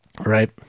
right